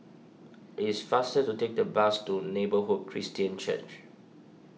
it is faster to take the bus to Neighbourhood Christian Church